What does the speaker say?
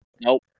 Nope